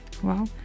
Wow